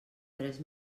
tres